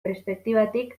perspektibatik